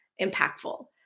impactful